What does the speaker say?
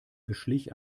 beschlich